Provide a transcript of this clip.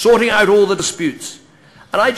ולא תהיה שום התקדמות לשלום.